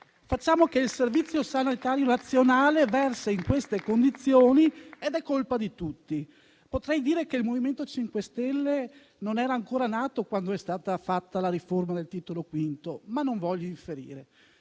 diciamo che, se il Servizio sanitario nazionale versa in queste condizioni, è colpa di tutti. Potrei dire che il MoVimento 5 Stelle non era ancora nato quando è stata fatta la riforma del Titolo V, ma non voglio infierire.